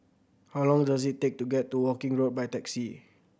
how long does it take to get to Woking Road by taxi